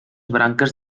branques